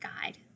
Guide